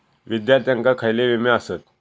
विद्यार्थ्यांका खयले विमे आसत?